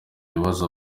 ibibazo